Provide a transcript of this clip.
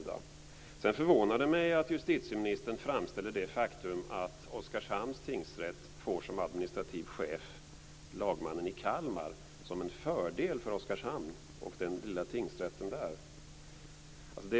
Det förvånar mig vidare att justitieministern framställer det som en fördel för Oskarshamn att den lilla tingsrätten där som administrativ chef får lagmannen i Kalmar.